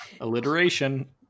Alliteration